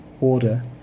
order